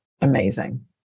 amazing